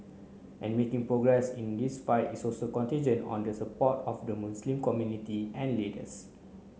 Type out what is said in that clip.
and making progress in this fight is also contingent on the support of the Muslim community and leaders